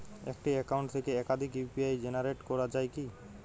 একটি অ্যাকাউন্ট থেকে একাধিক ইউ.পি.আই জেনারেট করা যায় কি?